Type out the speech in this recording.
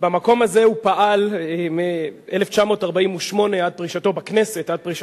במקום הזה הוא פעל בכנסת מ-1948 עד פרישתו ב-1983.